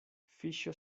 fiŝo